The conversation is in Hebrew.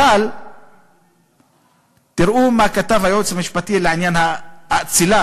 אבל תראו מה כתב הייעוץ המשפטי לעניין האצילה,